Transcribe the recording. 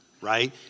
right